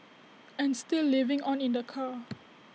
and still living on in the car